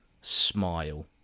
smile